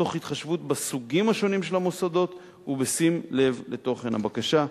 תוך התחשבות בסוגים השונים של המוסדות ובשים לב לתוכן הבקשה.